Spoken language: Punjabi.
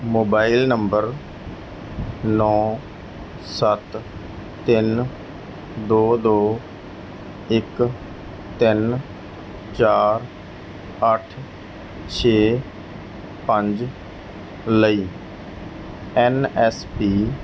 ਮੋਬਾਇਲ ਨੰਬਰ ਨੌਂ ਸੱਤ ਤਿੰਨ ਦੋ ਦੋ ਇੱਕ ਤਿੰਨ ਚਾਰ ਅੱਠ ਛੇ ਪੰਜ ਲਈ ਐੱਨ ਐੱਸ ਪੀ